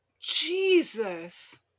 Jesus